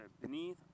beneath